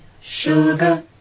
sugar